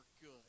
good